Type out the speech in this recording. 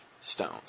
stones